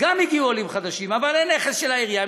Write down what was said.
גם הגיעו עולים חדשים אבל אין נכס של העירייה,